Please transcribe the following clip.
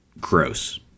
gross